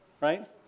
right